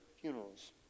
funerals